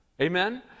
Amen